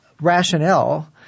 rationale